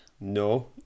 No